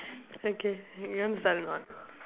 okay you want to start or not